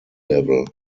level